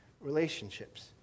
relationships